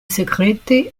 sekrete